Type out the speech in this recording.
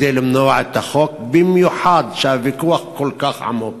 כדי למנוע את החוק, במיוחד כשהוויכוח כל כך עמוק.